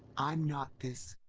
i'm not this.